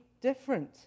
different